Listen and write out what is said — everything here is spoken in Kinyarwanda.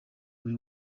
buri